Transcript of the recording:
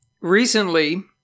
recently